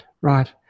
right